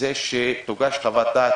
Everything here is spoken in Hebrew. שהצטרפנו אליה, היא שתוגש חוות דעת